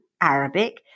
Arabic